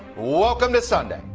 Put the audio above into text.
welcome to sunday,